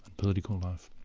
political life.